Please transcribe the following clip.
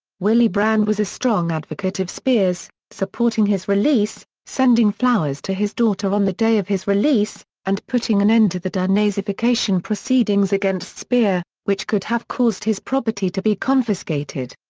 willy brandt was a strong advocate of speer's, supporting his release, sending flowers to his daughter on the day of his release, and putting an end to the de-nazification proceedings against speer, which could have caused his property to be confiscated.